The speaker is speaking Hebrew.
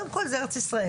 קודם כל זה ארץ ישראל.